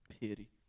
Pity